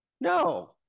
No